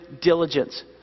diligence